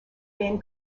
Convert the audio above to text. game